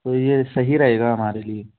तो यह सही रहेगा हमारे लिए